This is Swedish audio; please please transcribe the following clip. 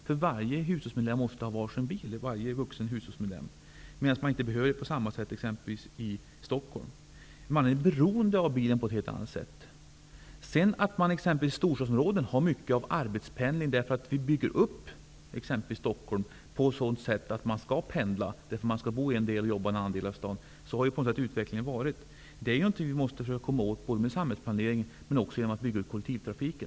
Varje vuxen hushållsmedlem måste ha var sin bil. Det behöver man inte ha på samma sätt i Stockholm. I norr är man beroende av bilen på ett helt annat sätt. I storstadsområdena förekommer det mycket arbetspendling på grund av att t.ex. Stockholm byggs upp på ett sådant sätt att man skall pendla; man skall bo i en del av staden och arbeta i en annan. Sådan har utvecklingen varit. Det är något som man måste försöka komma åt, både med samhällsplanering och med utbyggnad av kollektivtrafiken.